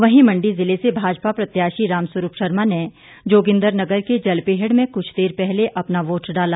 वहीं मंडी जिले से भाजपा प्रत्याशी राम स्वरूप शर्मा ने जोगिन्द्रनगर के जलपेहड़ में कुछ देर पहले अपना वोट डाला